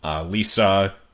Lisa